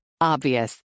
Obvious